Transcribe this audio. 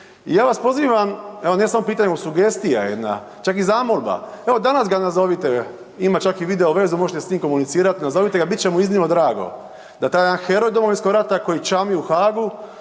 Ja vas pozivam, evo ne samo pitanje nego i sugestija jedna, čak i zamolba, evo danas ga nazovite, ima čak i video vezu, možete s njim komunicirat, nazovite ga, bit će mu iznimno drago da taj jedan heroj Domovinskog rata koji čami u Hagu